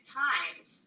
times